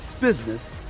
business